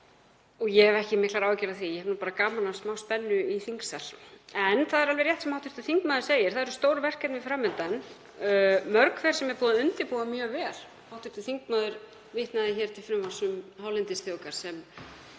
og hef ekki miklar áhyggjur af því, ég hef bara gaman af smá spennu í þingsal. En það er alveg rétt sem hv. þingmaður segir, það eru stór verkefni fram undan, mörg hver sem er búið að undirbúa mjög vel. Hv. þingmaður vitnaði hér til frumvarps um hálendisþjóðgarð sem